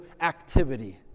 activity